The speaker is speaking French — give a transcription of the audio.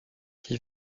qui